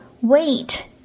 wait